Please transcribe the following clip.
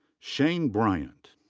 shane bryant.